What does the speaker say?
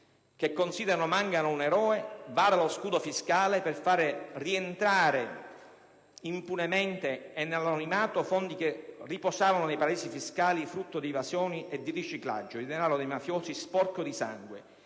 che considerano Mangano un eroe, vara lo scudo fiscale per far rientrare impunemente e nell'anonimato fondi che riposavano in paradisi fiscali, frutto di evasioni, di riciclaggio del denaro dei mafiosi, sporco del sangue